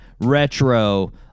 retro